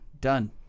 done